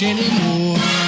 Anymore